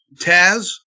Taz